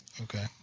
Okay